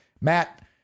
Matt